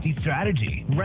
strategy